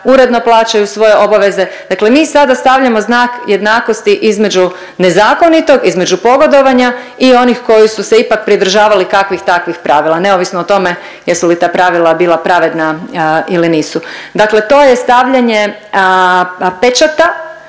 uredno plaćaju svoje obaveze. Dakle, mi sada stavljamo znak jednakosti između nezakonitog, između pogodovanja i onih koji su se ipak pridržavali kakvih takvih pravila neovisno o tome jesu li ta pravila bila pravedna ili nisu. Dakle, to je stavljanje pečata